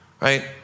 right